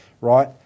right